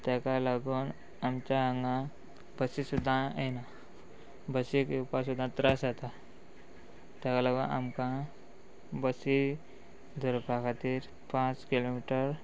ताका लागून आमच्या हांगा बसी सुद्दां येना बसीक येवपा सुद्दां त्रास जाता ताका लागून आमकां बसी धरपा खातीर पांच किलोमिटर